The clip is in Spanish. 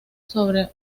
sobre